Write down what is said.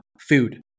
food